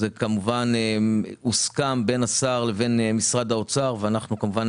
זה כמובן הוסכם בין השר לבין משרד האוצר ואנחנו כמובן